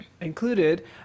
included